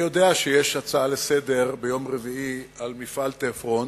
אני יודע שיש הצעה לסדר-היום ביום רביעי על מפעל "תפרון".